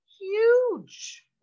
huge